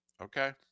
Okay